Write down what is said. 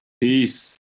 Peace